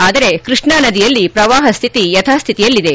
ಅದರೆ ಕೃಷ್ಣಾ ನದಿಯಲ್ಲಿ ಪ್ರವಾಹ ಸ್ಥಿತಿ ಯಥಾಸ್ಥಿತಿಯಲ್ಲಿದೆ